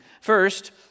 First